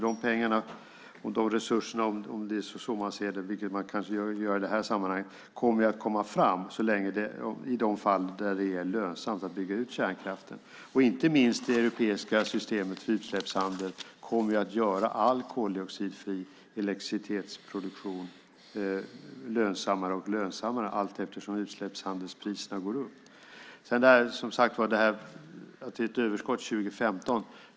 De pengarna och de resurserna, om det är så man ser det, vilket man kanske gör i det här sammanhanget, kommer alltså att komma fram i de fall där det är lönsamt att bygga ut kärnkraften. Inte minst kommer det europeiska systemet för utsläppshandeln att göra all koldioxidfri elektricitetsproduktion lönsammare och lönsammare allteftersom utsläppshandelspriserna går upp. Sedan var det detta med att det är ett överskott 2015.